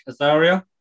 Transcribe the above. Azaria